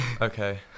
Okay